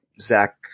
Zach